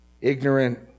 ignorant